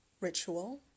ritual